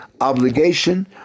obligation